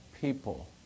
people